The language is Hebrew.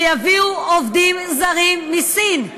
שיביאו עובדים זרים מסין.